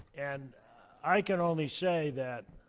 and i can only say that